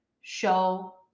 show